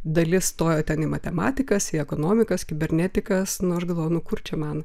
dalis stojo ten į matematikas į ekonomikas kibernetikas nu aš galvoju nu kur čia man